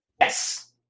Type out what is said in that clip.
Yes